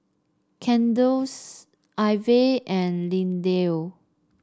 Cadence Ivey and Lindell